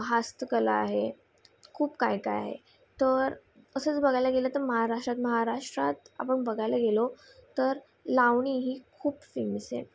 हस्तकला आहे खूप काय काय आहे तर असंच बघायला गेलं तर महाराष्ट्रात महाराष्ट्रात आपण बघायला गेलो तर लावणी ही खूप फेमस आहे